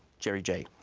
jerry j.